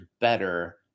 better